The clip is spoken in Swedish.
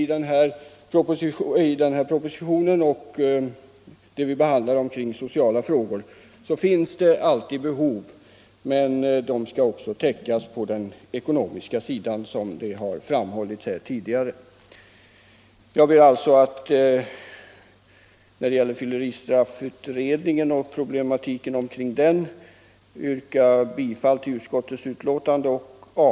I den proposition om olika sociala frågor som vi nu behandlar finns det som alltid många och stora behov, men, som också framhållits tidigare i debatten, behoven skall ju täckas upp på inkomstsidan. När det gäller fylleristraffutredningen och problematiken där ber jag att få yrka bifall till utskottets hemställan.